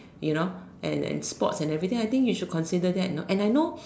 you know and and sports and everything I think you should consider that know and I know